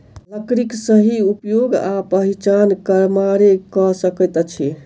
लकड़ीक सही उपयोग आ पहिचान कमारे क सकैत अछि